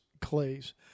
clays